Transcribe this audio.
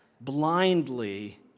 blindly